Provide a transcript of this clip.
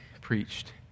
preached